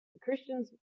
Christians